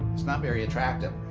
it's not very attractive.